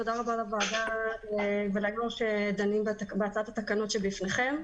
תודה רבה לוועדה וליו"ר שדנים בהצעת התקנות שבפניכם.